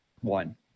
one